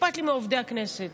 אכפת לי מעובדי הכנסת.